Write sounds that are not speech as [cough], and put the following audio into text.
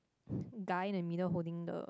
[breath] guy in the middle holding the